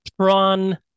*Tron